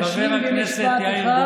תשלים במשפט אחד,